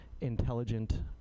intelligent